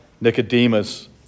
Nicodemus